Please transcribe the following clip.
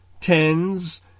tens